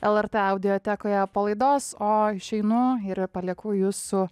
lrt audiotekoje po laidos o išeinu ir palieku jus su